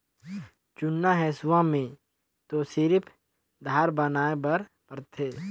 जुन्ना हेसुआ में तो सिरिफ धार बनाए बर परथे